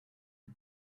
for